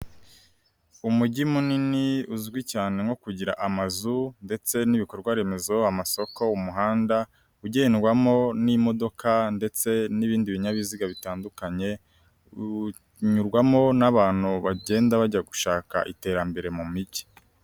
Umujyi munini uzwi cyane nko kugira amazu ndetse n'ibikorwaremezo, amasoko, umuhanda, ugendwamo n'imodoka ndetse n'ibindi binyabiziga bitandukanye uyurwamo n'abantu bagenda bajya gushaka iterambere mu mijyi.